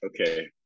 okay